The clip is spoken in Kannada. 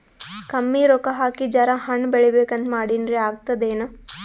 ಕಮ್ಮಿ ರೊಕ್ಕ ಹಾಕಿ ಜರಾ ಹಣ್ ಬೆಳಿಬೇಕಂತ ಮಾಡಿನ್ರಿ, ಆಗ್ತದೇನ?